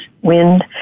wind